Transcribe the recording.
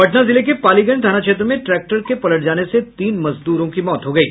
पटना जिले के पालीगंज थाना क्षेत्र में ट्रैक्टर के पलटने से तीन मजदूरों की मौत हो गयी